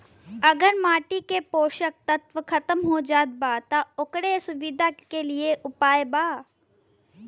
अगर माटी के पोषक तत्व खत्म हो जात बा त ओकरे सुधार के लिए का उपाय बा?